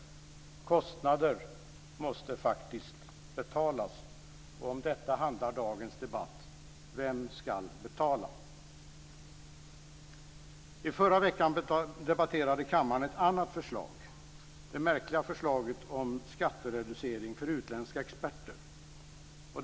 Kostnader måste faktiskt betalas. Om detta handlar dagens debatt: Vem ska betala? I förra veckan debatterade kammaren ett annat förslag, det märkliga förslaget om skattereducering för utländska experter.